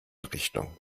richtung